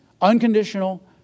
unconditional